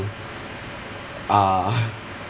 uh